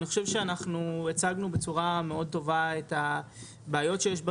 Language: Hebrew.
אני חושב שאנחנו הצגנו בצורה מאוד טובה את הבעיות שיש,